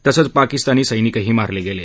तसंच पाकिस्तानी सैनिकही मारले गेले